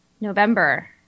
November